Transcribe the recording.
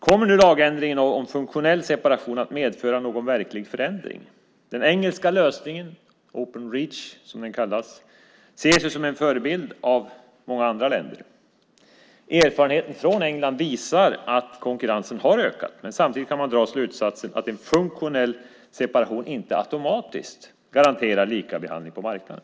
Kommer en lagändring om funktionell separation att medföra en verklig förändring? Den engelska lösningen, open reach , ses som en förebild av många andra länder. Erfarenheten från England visar att konkurrensen har ökat, men samtidigt kan man dra slutsatsen att en funktionell separation inte automatiskt garanterar likabehandling på marknaden.